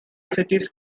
cities